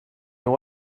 know